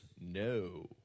no